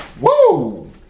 Woo